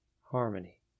Harmony